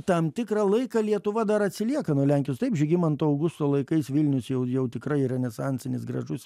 tam tikrą laiką lietuva dar atsilieka nuo lenkijos taip žygimanto augusto laikais vilnius jau jau tikrai renesansinis gražus